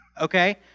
okay